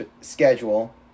schedule